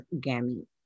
Gammy